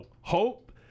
Hope